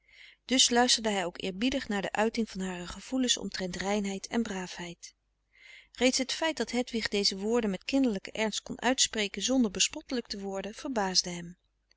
dus luisterde hij ook eerbiedig naar de uiting van hare gevoelens omtrent reinheid en braafheid reeds het feit dat hedwig deze woorden met kinderlijken ernst kon uitspreken zonder bespottelijk te worden verbaasde hem